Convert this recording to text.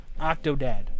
Octodad